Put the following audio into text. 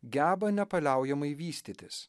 geba nepaliaujamai vystytis